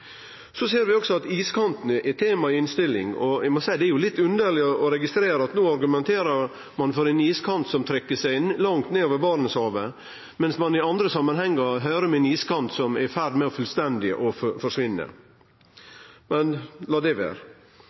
Vi ser også at iskanten er tema i innstillinga. Eg må seie det er litt underleg å registrere at ein no argumenterer for ein iskant som trekkjer seg langt nedover Barentshavet, medan ein i andre samanhengar høyrer om ein iskant som er i ferd med fullstendig å forsvinne. – Men lat det vere.